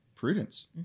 prudence